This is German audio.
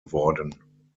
worden